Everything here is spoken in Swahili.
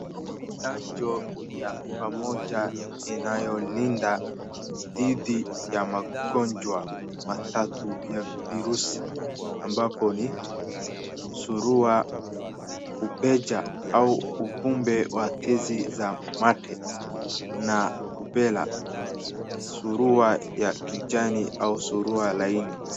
Chanjo ya pamoja inayolinda dhidi ya magonjwa matatu ya virusi, ambapo ni Surua, Kupecha au Upumbe wa tizi za mate, na ubera, Surua ya kijani au Surua laini.